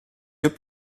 deux